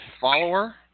follower